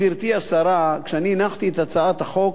לכן, גברתי השרה, כשאני הנחתי את הצעת החוק,